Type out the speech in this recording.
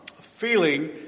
feeling